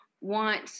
want